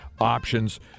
options